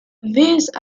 these